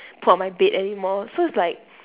put on my bed anymore so it's like